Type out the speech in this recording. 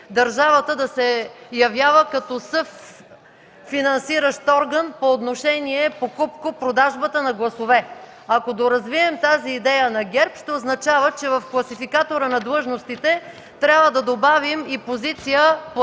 държавата да се явява като съфинансиращ орган по отношение покупко-продажбата на гласове. Ако доразвием тази идея на ГЕРБ, ще означава, че в класификатора на длъжностите трябва да добавим и позиция „платен